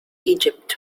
egypt